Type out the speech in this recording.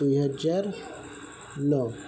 ଦୁଇହଜାର ନଅ